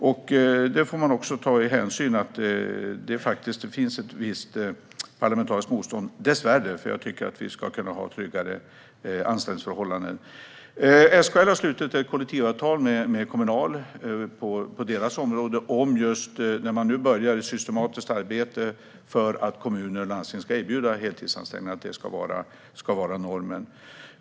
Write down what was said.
Man får ta hänsyn till att det finns ett visst parlamentariskt motstånd - dessvärre, för jag tycker att vi ska kunna ha tryggare anställningsförhållanden. SKL har slutit ett kollektivavtal med Kommunal och ska börja ett systematiskt arbete för att kommuner och landsting ska erbjuda heltidsanställningar, som ska vara normen.